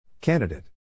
Candidate